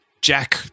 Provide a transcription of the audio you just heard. Jack